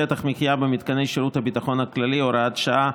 שטח מחיה במתקני שירות הביטחון הכללי) (הוראת שעה),